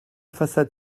façade